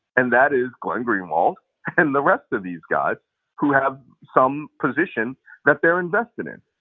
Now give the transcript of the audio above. and that is glenn greenwald and the rest of these guys who have some position that they're invested in.